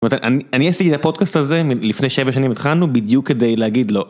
אני עשיתי את הפודקאסט הזה לפני 7 שנים התחלנו בדיוק כדי להגיד לו.